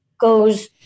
goes